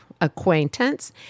acquaintance